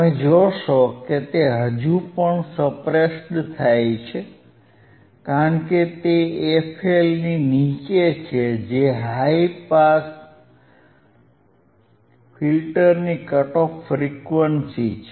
તમે જોશો કે તે હજુ પણ સપ્રેસ્ડ થાય છે કારણ કે તે fL ની નીચે છે જે હાઇ પાસ ફિલ્ટરની કટ ઓફ ફ્રીક્વન્સી છે